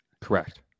Correct